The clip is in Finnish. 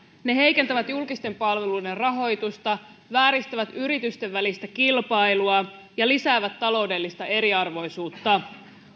ne heikentävät julkisten palveluiden rahoitusta vääristävät yritysten välistä kilpailua ja lisäävät taloudellista eriarvoisuutta